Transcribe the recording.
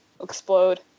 explode